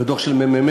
והדוח של הממ"מ,